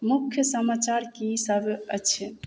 मुख्य समाचार कि सब अछि